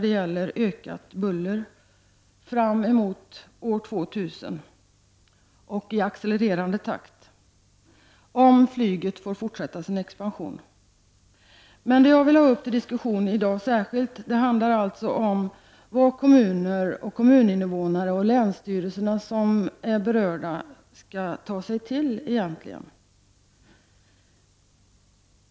Det gäller bullret som ökar i en accelererande takt fram till år 2000 om flyget får fortsätta sin expansion. I dag vill jag särskilt ta upp till diskussion vad de kommuner, kommuninvånare och länsstyrelser som är berörda egentligen skall ta sig till.